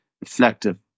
reflective